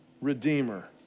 redeemer